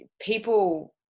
people